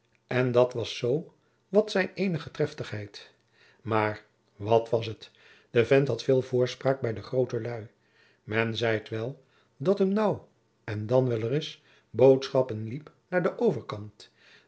en dat was zoo wat zijn eenige treftigheid maôr wat was het de vent had veel voorspraak bij de groote lui men zeit wel dat hum nou en dan wel ereis boodschappen liep naôr den overkant